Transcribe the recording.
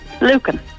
Lucan